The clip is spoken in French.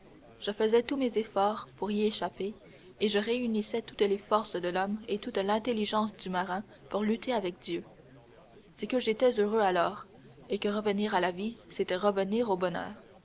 je faisais tous mes efforts pour y échapper et je réunissais toutes les forces de l'homme et toute l'intelligence du marin pour lutter avec dieu c'est que j'étais heureux alors c'est que revenir à la vie c'était revenir au bonheur